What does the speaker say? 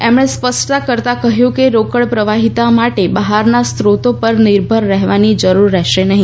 એમણે સ્પષ્ટતા કરતા કહયું કે રોકડ પ્રવાહીતા માટે બહારના સ્રોતો પર નિર્લર રહેવાની જરૂર રહેશે નહી